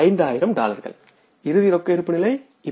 5000 டாலர்கள் இறுதி ரொக்க இருப்பு நிலை 5000 டாலர்கள்